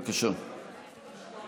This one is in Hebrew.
לפני הכול